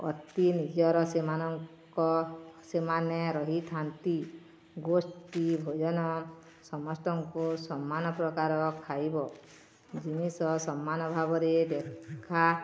ଅତି ନିଜର ସେମାନଙ୍କ ସେମାନେ ରହିଥାନ୍ତି ଗୋଷ୍ଠୀ ଭୋଜନ ସମସ୍ତଙ୍କୁ ସମାନ ପ୍ରକାର ଖାଇବ ଜିନିଷ ସମାନ ଭାବରେ ଦେଖା